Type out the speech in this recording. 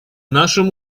нашем